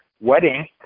wedding